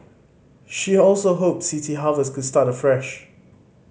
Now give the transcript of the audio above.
she also hoped City Harvest could start afresh